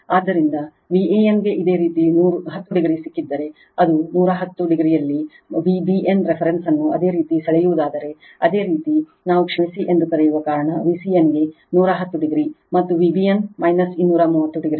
ಆದ್ದರಿಂದ Vanಗೆ ಇದೇ ರೀತಿ 10o ಸಿಕ್ಕಿದ್ದರೆ ಮತ್ತು 110o ಯಲ್ಲಿ Vbn ರೆಫರೆನ್ಸ್ ನ್ನು ಅದೇ ರೀತಿ ಸೆಳೆಯುವುದಾದರೆ ಅದೇ ರೀತಿ ನಾವು ಕ್ಷಮಿಸಿ ಎಂದು ಕರೆಯುವ ಕಾರಣ Vcn ಗೆ 110 o ಮತ್ತು Vbn 230 o